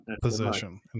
position